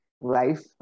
life